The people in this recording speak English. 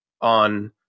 on